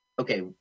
Okay